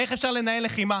איך אפשר לנהל לחימה